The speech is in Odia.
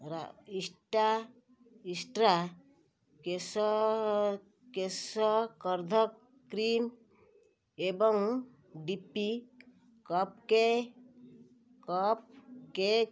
ଇଷ୍ଟା ଇଷ୍ଟ୍ରା କେଶ କେଶକର୍ଦ୍ଧକ କ୍ରିମ୍ ଏବଂ ଡି ପି କପ୍ କେ କପ୍ କେକ୍